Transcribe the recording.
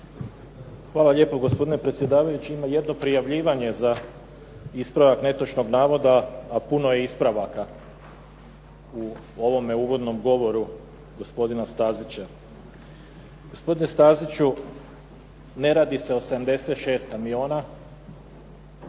Hvala lijepo gospodine predsjedavajući. Ima jedno prijavljivanje za ispravak netočnih navoda, a puno je ispravaka u ovome uvodnom govoru gospodina Stazića. Gospodine Staziću ne radi se o 76 kamiona.